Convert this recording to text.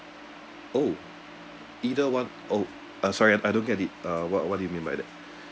oh either one oh uh sorry ah I don't get it uh what what do you mean by that